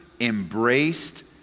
embraced